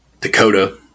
Dakota